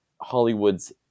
Hollywood's